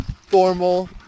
Formal